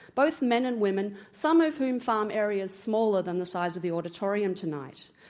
both men and women, some of whom farm areas smaller than the size of the auditorium tonight.